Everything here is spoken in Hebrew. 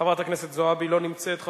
חברת הכנסת זועבי, לא נמצאת.